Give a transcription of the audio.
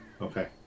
okay